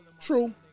True